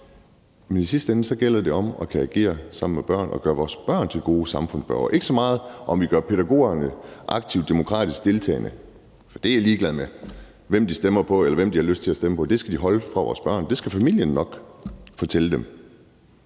men i sidste ende gælder det om at kunne agere sammen med børn og gøre vores børn til gode samfundsborgere. Det er ikke så meget, om vi gør pædagogerne aktivt demokratisk deltagende, for det er jeg ligeglad med. Hvem de stemmer på, eller hvem de har lyst til at stemme på, skal de holde fra vores børn; det skal familien nok fortælle dem.